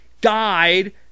died